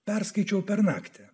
perskaičiau per naktį